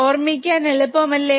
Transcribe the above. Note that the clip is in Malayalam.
ഓർമിക്കാൻ എളുപ്പം അല്ലെ